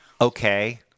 Okay